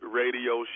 radio